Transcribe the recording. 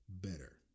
better